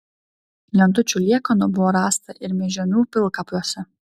lentučių liekanų buvo rasta ir mėžionių pilkapiuose